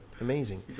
amazing